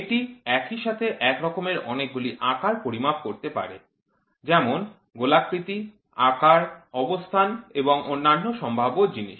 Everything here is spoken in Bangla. এটি একই সাথে এক রকমের অনেকগুলি আকার পরিমাপ করতে পারে যেমন গোলাকৃতি আকার অবস্থান এবং অন্যান্য সম্ভাব্য জিনিস